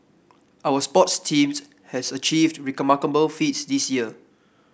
our sports teams has achieved remarkable feats this year